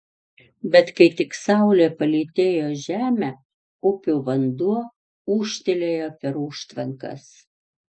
bet kai tik saulė palytėjo žemę upių vanduo ūžtelėjo per užtvankas